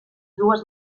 dues